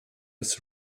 des